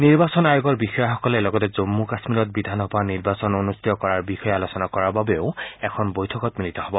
নিৰ্বাচন আয়োগৰ বিষয়াসকলে লগতে জম্মু কাম্মীৰত বিধানসভা নিৰ্বাচন অনুষ্ঠিত কৰাৰ বিষয়েও আলোচনাৰ বাবে এখন বৈঠকত মিলিত হ'ব